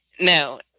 no